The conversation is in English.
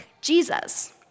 Jesus